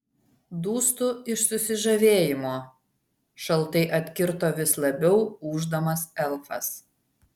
dūstu iš susižavėjimo šaltai atkirto vis labiau ūždamas elfas